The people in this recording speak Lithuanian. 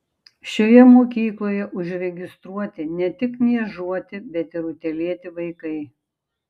šioje mokykloje užregistruoti ne tik niežuoti bet ir utėlėti vaikai